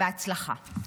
בהצלחה.